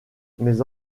mes